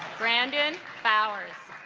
brandon bowers